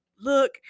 look